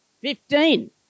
Fifteen